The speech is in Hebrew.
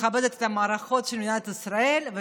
מכבדת את המערכות של מדינת ישראל.